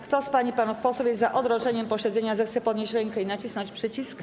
Kto z pań i panów posłów jest za odroczeniem posiedzenia, zechce podnieść rękę i nacisnąć przycisk.